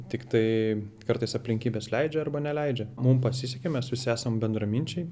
tiktai kartais aplinkybės leidžia arba neleidžia mum pasisekė mes visi esam bendraminčiai